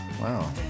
Wow